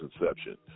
inception